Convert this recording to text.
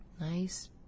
Nice